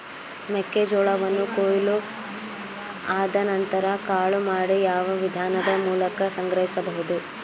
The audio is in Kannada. ಮೆಕ್ಕೆ ಜೋಳವನ್ನು ಕೊಯ್ಲು ಆದ ನಂತರ ಕಾಳು ಮಾಡಿ ಯಾವ ವಿಧಾನದ ಮೂಲಕ ಸಂಗ್ರಹಿಸಬಹುದು?